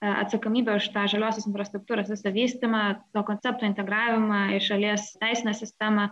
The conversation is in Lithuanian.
atsakomybė už tą žoliosios infrastruktūros visą vystymą to koncepto integravimą į šalies teisinę sistemą